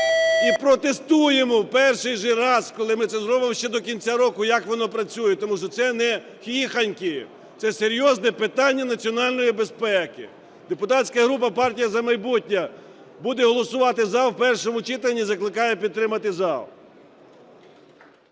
І протестуємо в перший же раз, коли ми це зробимо, ще до кінця року, як воно працює. Тому що це не хіхоньки, це серйозне питання національної безпеки. Депутатська група "Партія "За майбутнє" буде голосувати "за" в першому читанні і закликає підтримати зал.